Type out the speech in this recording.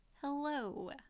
Hello